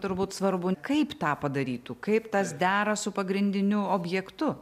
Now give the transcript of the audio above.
turbūt svarbu kaip tą padarytų kaip tas dera su pagrindiniu objektu